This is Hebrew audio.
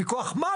מכוח מה?